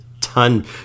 ton